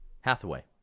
Hathaway